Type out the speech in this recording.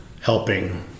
helping